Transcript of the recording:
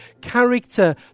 character